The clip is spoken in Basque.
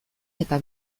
eta